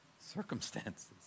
circumstances